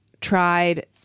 tried